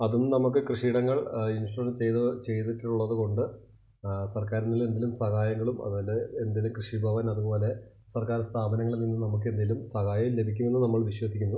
അതും നമുക്ക് കൃഷിയിടങ്ങൾ ഇൻഷൂർ ചെയ്ത് ചെയ്തിട്ടുള്ളത് കൊണ്ട് സർക്കാരിൽ നിന്ന് എന്തേലും സഹായങ്ങളും അത് തന്നെ എന്തേലും കൃഷി ഭവൻ അതുപോലെ സർക്കാർ സ്ഥാപനങ്ങളിൽ നിന്ന് നമുക്കെന്തേലും സഹായം ലഭിക്കുമെന്ന് നമ്മൾ വിശ്വസിക്കുന്നു